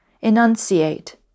Enunciate